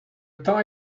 temps